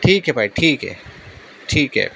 ٹھیک ہے بھائی ٹھیک ہے ٹھیک ہے